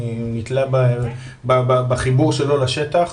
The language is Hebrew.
אני נתלה בחיבור שלו לשטח,